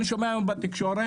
אני שומע היום בתקשורת,